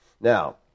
Now